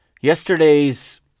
yesterday's